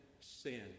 sin